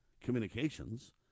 communications